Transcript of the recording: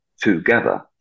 together